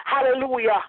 Hallelujah